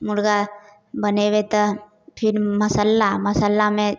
मुरगा बनेबै तऽ फेर मसल्ला मसल्लामे